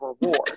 reward